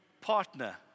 partner